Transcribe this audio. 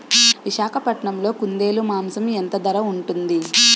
విశాఖపట్నంలో కుందేలు మాంసం ఎంత ధర ఉంటుంది?